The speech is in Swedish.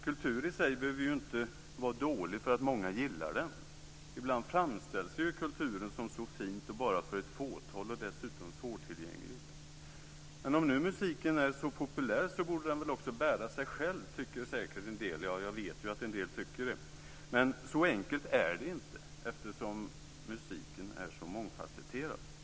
Kultur i sig behöver inte vara dålig för att många gillar den. Ibland framställs kulturen som fin, bara till för ett fåtal och dessutom svårtillgänglig. Om nu musiken är så populär borde den väl också bära sig själv, tycker säkert en del. Men så enkelt är det inte, eftersom musiken är så mångfasetterad.